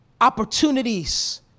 opportunities